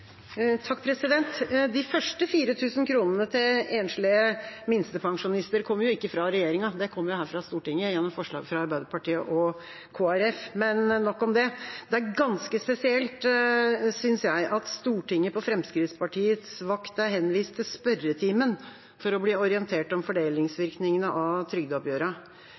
regjeringa, de kommer fra Stortinget, gjennom forslag fra Arbeiderpartiet og Kristelig Folkeparti – men nok om det. Det er ganske spesielt, synes jeg, at Stortinget på Fremskrittspartiets vakt er henvist til spørretimen for å bli orientert om fordelingsvirkningene av